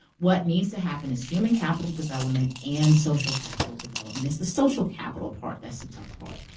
what needs to happen is human capital development and social capital development. it's the social capital part that's the tough part,